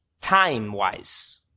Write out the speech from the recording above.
time-wise